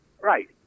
Right